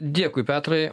dėkui petrai